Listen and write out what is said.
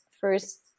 first